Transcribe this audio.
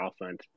offense